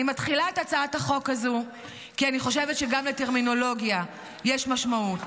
אני מתחילה את הצעת החוק הזו כי אני חושבת שגם לטרמינולוגיה יש משמעות,